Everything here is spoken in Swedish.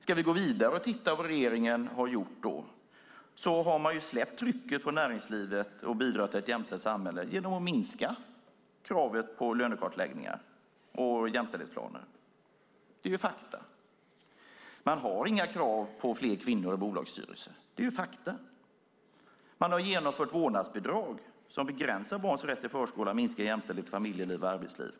Ska vi gå vidare och titta på vad regeringen har gjort? Man har släppt trycket på näringslivet att bidra till ett jämställt samhälle genom att minska kraven på lönekartläggningar och jämställdhetsplaner. Det är ett faktum. Man har inga krav på fler kvinnor i bolagsstyrelsen. Man har genomfört vårdnadsbidrag som begränsar barnens rätt till förskola och minskar jämställdheten i familjeliv och arbetsliv.